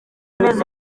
neza